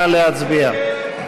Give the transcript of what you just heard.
נא להצביע.